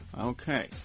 Okay